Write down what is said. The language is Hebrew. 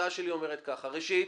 ההצעה שלי אומרת ככה, ראשית,